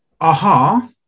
Aha